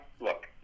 look